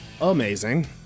amazing